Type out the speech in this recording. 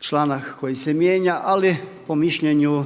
članak koji se mijenja ali po mišljenju